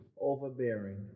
overbearing